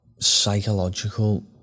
psychological